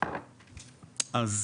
אז